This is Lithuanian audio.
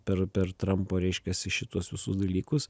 per per trampo reiškiasi šituos visus dalykus